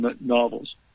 novels